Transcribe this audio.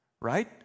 right